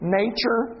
nature